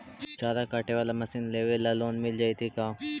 चारा काटे बाला मशीन लेबे ल लोन मिल जितै का?